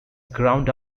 ground